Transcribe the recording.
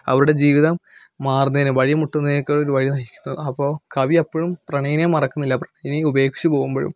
അവരുടെ ജീവിതം മാറുന്നതിനു വഴിമുട്ടുന്നതിലേക്കൊരു വഴി നയിക്കുന്നു അപ്പോൾ കവി അപ്പഴും പ്രണയിനിയെ മറക്കുന്നില്ല പ്രണയിനി ഉപേക്ഷിച്ചുപോകുമ്പഴും